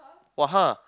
!wah! !huh!